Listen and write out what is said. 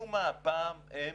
משום מה הפעם הם